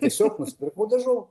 tiesiog nusipirkau dažų